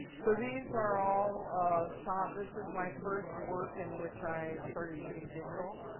so these are all shot. this was my first work in which i started shooting digital.